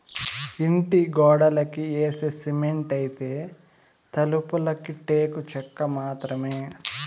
ఇంటి గోడలకి యేసే సిమెంటైతే, తలుపులకి టేకు చెక్క మాత్రమే